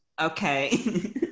Okay